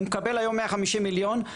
הוא מקבל היום 150 מיליון.